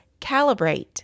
calibrate